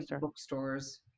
bookstores